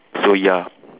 so ya